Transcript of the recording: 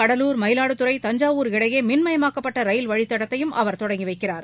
கடலூர் மயிலாடுதுறை தஞ்சாவூர் இடையேமின்மயமாக்கப்பட்டரயில் விழுப்புரம் வழித்தடத்தையும் அவர் தொடங்கிவைக்கிறார்